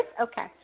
Okay